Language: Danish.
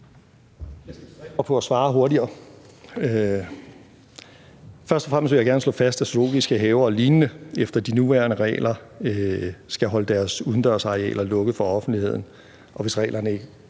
på at svare hurtigere. Først og fremmest vil jeg gerne slå fast, at zoologiske haver og lignende efter de nuværende regler skal holde deres udendørsarealer lukket for offentligheden, og hvis reglerne ikke